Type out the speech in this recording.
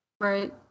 right